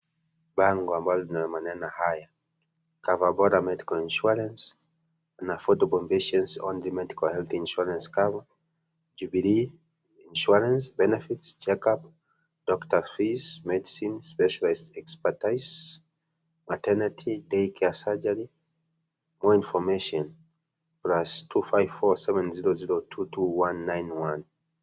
Bango ambalo lina maneno haya(cs)Coverbora medical insurance, an affordable impatience only medical health cover, Jubilee insurance benefits, check up, Doctors fees, medicines, specialized expertise, maternity, daycare surgery, more information plus two five four seven zero zero two two one nine one(cs).